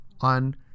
on